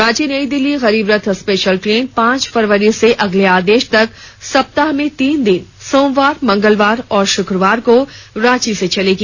Ranchi Nayi Delhi Garib Rath special train पांच फरवरी से अगले आदेश तक सप्ताह में तीन दिन सोमवार मंगलवार और शुक्रवार को रांची से चलेगी